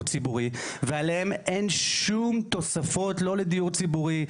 ציבורי ועליהם אין שום תוספות לא לדיור ציבורי,